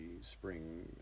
spring